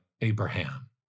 Abraham